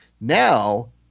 Now